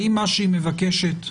האם מה שהיא מבקשת ומוכנה,